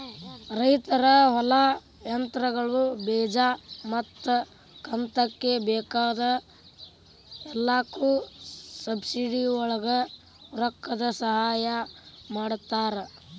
ರೈತರ ಹೊಲಾ, ಯಂತ್ರಗಳು, ಬೇಜಾ ಮತ್ತ ಕಂತಕ್ಕ ಬೇಕಾಗ ಎಲ್ಲಾಕು ಸಬ್ಸಿಡಿವಳಗ ರೊಕ್ಕದ ಸಹಾಯ ಮಾಡತಾರ